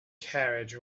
carriage